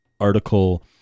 article